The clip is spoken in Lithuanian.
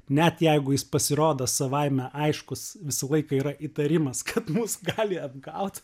net jeigu jis pasirodo savaime aiškus visą laiką yra įtarimas kad mus gali apgaut